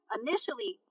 initially